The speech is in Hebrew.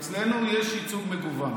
אצלנו יש ייצוג מגוון,